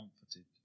comforted